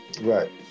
Right